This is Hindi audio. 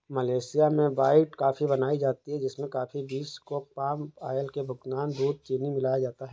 मलेशिया में व्हाइट कॉफी बनाई जाती है जिसमें कॉफी बींस को पाम आयल में भूनकर दूध और चीनी मिलाया जाता है